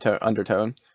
undertone